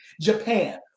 Japan